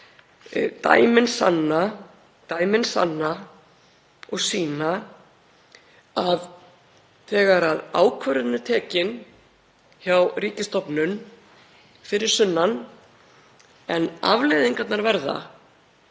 Dæmin sanna og sýna að þegar ákvörðunin er tekin hjá ríkisstofnun fyrir sunnan en afleiðingarnar verða